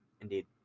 indeed